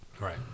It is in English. Right